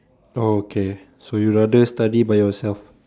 oh okay so you would rather study by yourself